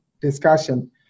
discussion